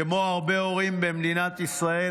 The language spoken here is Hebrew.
כמו הרבה הורים במדינת ישראל,